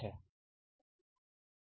બરાબર છે